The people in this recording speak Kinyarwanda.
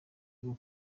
rwo